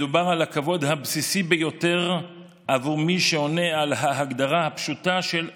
מדובר על הכבוד הבסיסי ביותר בעבור מי שעונה על ההגדרה הפשוטה של ברייה.